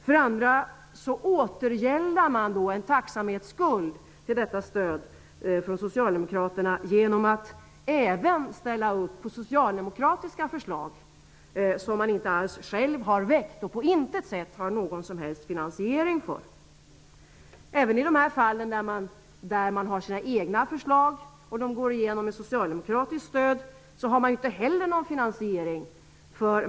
För det andra återgäldar man en tacksamhetsskuld för detta stöd från socialdemokraterna genom att även ställa sig bakom socialdemokratiska förslag som man inte alls själv har väckt och på intet sätt har finansiering för. Inte heller i de fall där egna förslag går igenom med socialdemokratiskt stöd har man någon som helst finansiering.